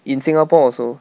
in singapore also